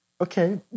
okay